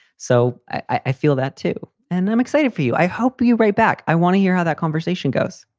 so i feel that, too. and i'm excited for you. i hope you write back. i want to hear how that conversation goes.